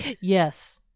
Yes